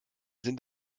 sind